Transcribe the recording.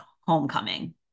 homecoming